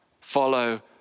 follow